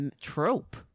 trope